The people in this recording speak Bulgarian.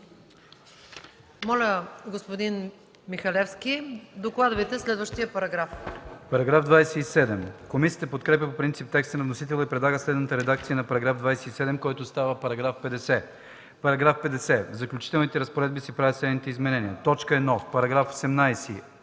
Моля, господин Михалевски, докладвайте следващия параграф.